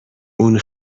اون